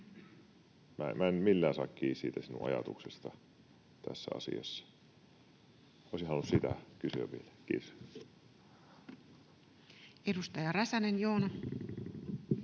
En millään saa kiinni siitä sinun ajatuksestasi tässä asiassa, ja olisin halunnut siitä kysyä vielä. — Kiitos. [Speech 284]